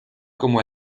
como